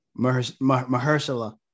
Mahershala